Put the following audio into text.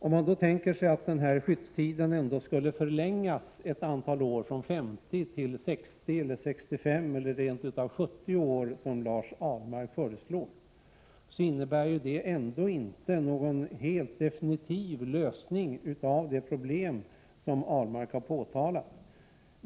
Om man tänker sig att de 50 åren skulle förlängas ett antal år från 50 till 60, 65 eller rent av 70 år, som Lars Ahlmark föreslår, innebär det ändå inte någon helt definitiv lösning av de problem som Lars Ahlmark har påtalat.